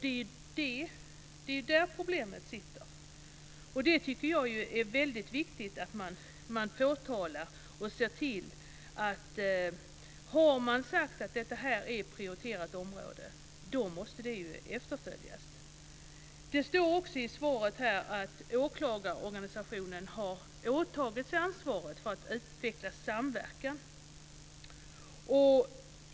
Det är där problemet sitter. Det är viktigt att påtala detta och se till att uttalandet att detta ska vara ett prioriterat område efterföljs. Det framgick också i svaret att åklagarorganisationen har åtagit sig ansvaret för att utveckla samverkan.